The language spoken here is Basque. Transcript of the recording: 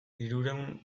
hirurehun